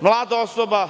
mlada osoba